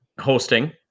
hosting